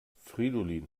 fridolin